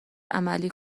عملی